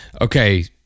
okay